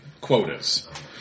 quotas